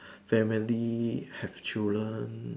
family have children